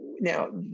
now